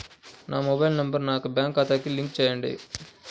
నా mobile number నా యొక్క బ్యాంక్ ఖాతాకి లింక్ చేయండీ?